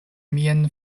mian